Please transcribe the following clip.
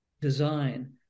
design